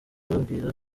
babwira